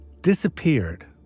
disappeared